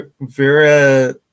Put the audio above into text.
Vera